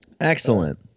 Excellent